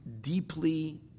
deeply